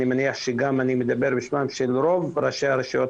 אני מניח שאני מדבר גם בשמם של רוב ראשי הרשויות